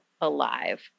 alive